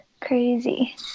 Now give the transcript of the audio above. Crazy